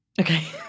Okay